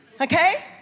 okay